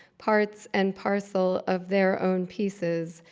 parts and parcel of their own pieces,